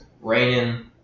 raining